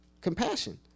compassion